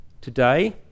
today